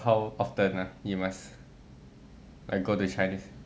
how often ah you must I go to chinese